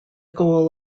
goal